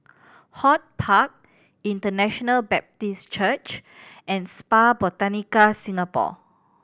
HortPark International Baptist Church and Spa Botanica Singapore